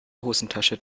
hosentasche